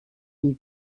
wie